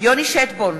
יוני שטבון,